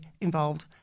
involved